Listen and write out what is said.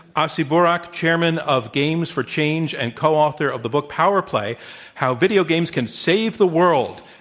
asi burak, chairman of games for change and co-author of the book, power play how video games can save the world.